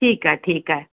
ठीकु आहे ठीकु आहे